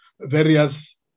various